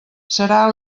serà